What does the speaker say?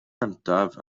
cyntaf